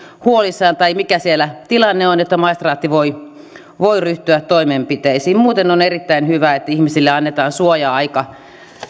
huolissaan tai ilmoittaa mikä tilanne on että maistraatti voi voi ryhtyä toimenpiteisiin muuten on erittäin hyvä että ihmisille annetaan suoja aika